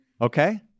Okay